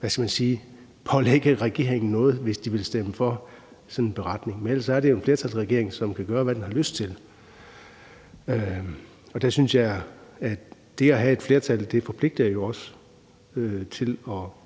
hvad skal man sige – pålægge regeringen noget, hvis de ville stemme for sådan en beretning. Men det er jo en flertalsregering, som kan gøre, hvad den har lyst til. Og der synes jeg, at det at have et flertal jo også forpligter til